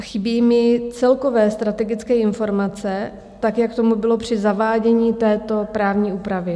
Chybí mi celkové strategické informace, tak jak tomu bylo při zavádění této právní úpravy.